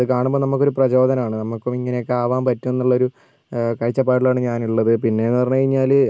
അത് കാണുമ്പോൾ നമുക്കൊരു പ്രജോദനമാണ് നമുക്കും ഇങ്ങനെയൊക്കെ ആവാൻ പറ്റും എന്നുള്ളൊരു കാഴ്ചപ്പാടിലാണ് ഞാനുള്ളത് പിന്നെയെന്ന് പറഞ്ഞുകഴിഞ്ഞാൽ